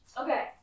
okay